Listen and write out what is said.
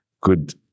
good